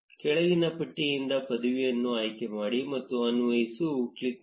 ಕೆಳಗಿನ ಪಟ್ಟಿಯಿಂದ ಪದವಿಯನ್ನು ಆಯ್ಕೆಮಾಡಿ ಮತ್ತು ಅನ್ವಯಿಸು ಕ್ಲಿಕ್ ಮಾಡಿ